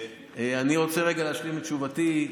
אני רוצה רגע להשלים את תשובתי.